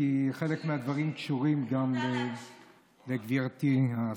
כי חלק מהדברים קשורים גם לגברתי השרה.